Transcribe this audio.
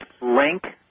Link